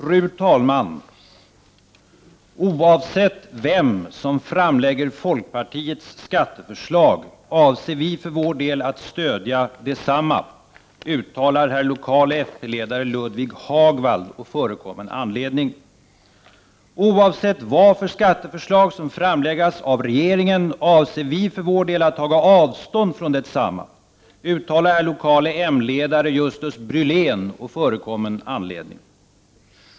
Fru talman! ”- Oavsett vem, som framlägger folkpartiets skatteförslag, avse vi för vår del att stödja desamma, uttalar hr lok. fp-ledare Ludv. Hagwald å förekommen anledning. — Oavsett vad för skatteförslag, som framläggas av regeringen, avse vi för vår del att taga avstånd från desamma, uttalar hr lok. m-ledare Just. Brylén å förekommen anledning.